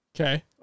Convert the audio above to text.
Okay